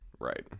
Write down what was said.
right